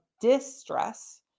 distress